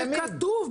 זה כתוב,